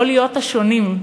לא להיות השונים.